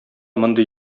мондый